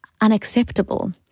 unacceptable